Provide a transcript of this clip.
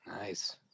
Nice